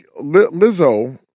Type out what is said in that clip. Lizzo